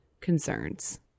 concerns